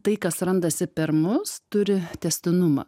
tai kas randasi per mus turi tęstinumą